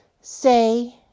say